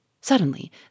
Suddenly